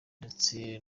ndetse